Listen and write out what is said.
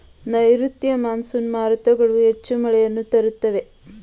ನೈರುತ್ಯ ಮಾನ್ಸೂನ್ ಮಾರುತಗಳು ಹೆಚ್ಚು ಮಳೆಯನ್ನು ತರುತ್ತವೆ